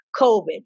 COVID